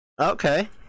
Okay